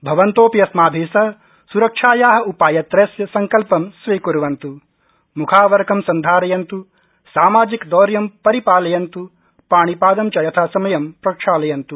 भवन्तोऽपि अस्माभि सह स्रक्षाया उपायत्रयस्य सङ्कल्पं स्वीक्वन्त् मुखावरकं सन्धारयन्त् सामाजिकदौर्य परिपालयन्त्र पाणिपादं च यथासमयं प्रक्षालयन्तु